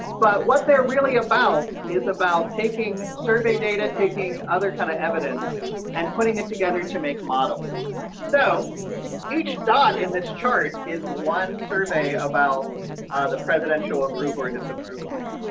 but what they're really about is about taking survey data taking other kind of evidence and putting it together to make models so each in this chart is one survey about the presidential approval or disapproval rating.